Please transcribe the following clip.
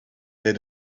they